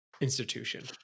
institution